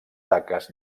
taques